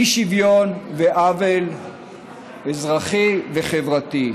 אי-שוויון ועוול אזרחי וחברתי.